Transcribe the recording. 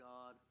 God